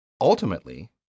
Ultimately